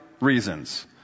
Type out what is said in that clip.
reasons